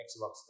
Xbox